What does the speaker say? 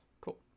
Cool